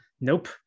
nope